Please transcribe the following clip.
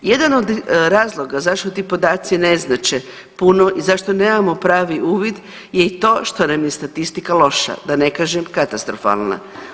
Jedan od razloga zašto ti podaci ne znače puno i zašto nemamo pravi uvid je i to što nam je statistika loša da ne kažem katastrofalna.